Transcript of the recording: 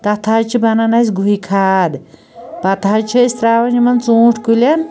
تَتھ حظ چھِ بَنان اسہِ گُہہ کھاد پَتہٕ حظ چھِ أسۍ ترٛاوان یِمن ژوٗنٛٹھۍ کُلیٚن